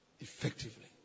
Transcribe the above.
effectively